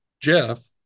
Jeff